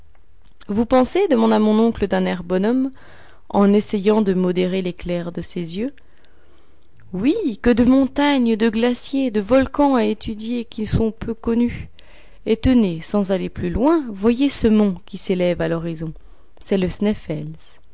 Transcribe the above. vous pensez demanda mon oncle d'un air bonhomme en essayant de modérer l'éclair de ses yeux oui que de montagnes de glaciers de volcans à étudier qui sont peu connus et tenez sans aller plus loin voyez ce mont qui s'élève à l'horizon c'est le